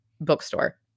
bookstore